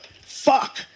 fuck